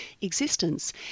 existence